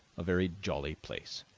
a very jolly place.